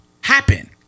happen